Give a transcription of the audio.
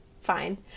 fine